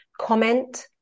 comment